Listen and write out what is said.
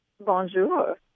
Bonjour